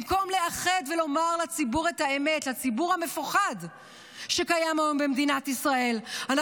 במקום לאחד ולומר לציבור המפוחד שקיים היום במדינת ישראל את האמת,